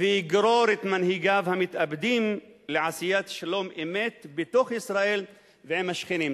ויגרור את מנהיגיו המתאבדים לעשיית שלום-אמת בתוך ישראל ועם השכנים.